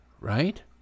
right